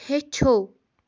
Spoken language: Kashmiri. ہیٚچھو